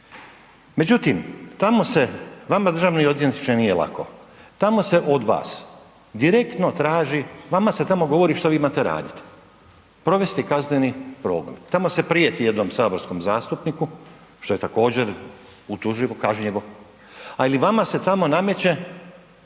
Međutim, tamo se vama državne odvjetniče nije lako, tamo se od vas direktno traži, vama se tamo govori što vi imate raditi, provesti kazneni progon. Tamo se prijeti jednom saborskom zastupniku, što je također utuživo, kažnjivo, ali vama se tamo određuje